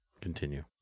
Continue